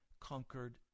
conquered